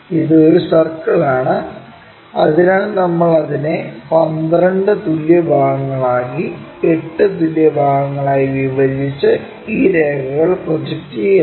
ഇത് ഒരു സർക്കിളാണ് അതിനാൽ നമ്മൾ അതിനെ 12 തുല്യ ഭാഗങ്ങളായി 8 തുല്യ ഭാഗങ്ങളായി വിഭജിച്ച് ഈ രേഖകൾ പ്രൊജക്റ്റ് ചെയ്യുന്നു